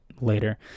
later